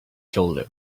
shoulder